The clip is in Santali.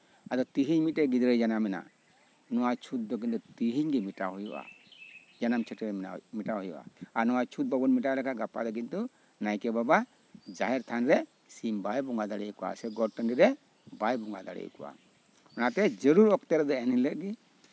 ᱟᱫᱚ ᱛᱮᱦᱮᱧ ᱢᱤᱫᱴᱮᱡ ᱜᱤᱫᱽᱨᱟᱹᱭ ᱡᱟᱱᱟᱢᱮᱱᱟ ᱱᱚᱣᱟ ᱪᱷᱩᱸᱛ ᱫᱚ ᱠᱤᱱᱛᱩ ᱛᱮᱦᱮᱧ ᱜᱮ ᱢᱮᱴᱟᱣ ᱦᱩᱭᱩᱜᱼᱟ ᱡᱟᱱᱟᱢ ᱪᱷᱟᱹᱴᱭᱟᱹᱨ ᱢᱮᱴᱟᱣ ᱦᱩᱭᱩᱜᱼᱟ ᱟᱨ ᱱᱚᱣᱟ ᱪᱷᱩᱸᱛ ᱵᱟᱵᱚᱱ ᱢᱮᱴᱟᱣ ᱞᱮᱠᱷᱟᱡ ᱜᱟᱯᱟ ᱫᱚ ᱱᱟᱭᱠᱮ ᱵᱟᱵᱟ ᱡᱟᱦᱮᱨ ᱛᱷᱟᱱ ᱨᱮ ᱥᱤᱢ ᱵᱟᱭ ᱵᱚᱸᱜᱟ ᱫᱟᱲᱮ ᱟᱭᱟ ᱥᱮ ᱜᱚᱴ ᱴᱟᱺᱰᱤ ᱨᱮ ᱵᱟᱭ ᱵᱚᱸᱜᱟ ᱫᱟᱲᱮ ᱠᱚᱣᱟ ᱚᱱᱟᱛᱮ ᱡᱟᱹᱨᱩᱲ ᱚᱠᱛᱚ ᱨᱮᱫᱚ ᱮᱱᱦᱤᱞᱳᱜ ᱜᱮ